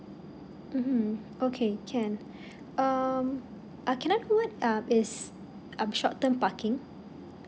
mmhmm okay can um ah can I know what ah is um short term parking